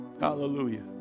Hallelujah